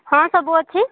ହଁ ସବୁ ଅଛି